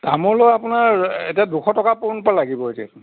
তামোলৰ আপোনাৰ এতিয়া দুশ টকা পোনকৈ লাগিব এতিয়াচোন